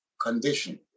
condition